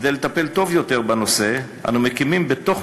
כדי לטפל טוב יותר בנושא אנו מקימים בתוך